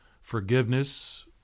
forgiveness